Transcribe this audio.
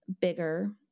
bigger